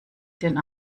dem